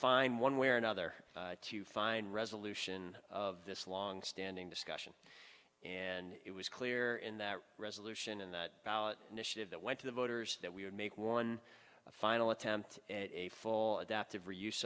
find one way or another to find resolution of this longstanding discussion and it was clear in that resolution and that ballot initiative that went to the voters that we would make one final attempt at a full adaptive reuse